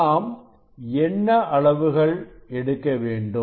நாம் என்ன அளவுகள் எடுக்க வேண்டும்